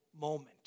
moment